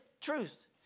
truth